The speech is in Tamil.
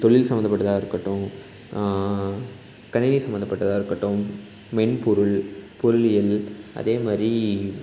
தொழில் சம்மந்தப்பட்டதாக இருக்கட்டும் கணினி சம்மந்தப்பட்டதாக இருக்கட்டும் மென்பொருள் பொருளியல் அதே மாதிரி